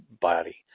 body